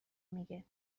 میگه